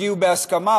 הגיעו בהסכמה.